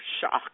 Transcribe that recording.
shocked